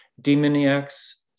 demoniacs